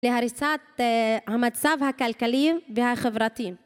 להריסת המצב הכלכלי והחברתי.